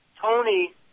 Tony